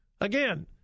Again